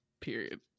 Period